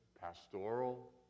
pastoral